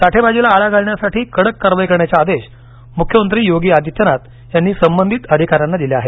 साठेबाजीला आळा घालण्यासाठी कडक कारवाई करण्याचे आदेश मुख्यमंत्री योगी आदित्यनाथ यांनी संबंधित अधिकाऱ्यांना दिले आहेत